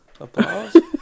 Applause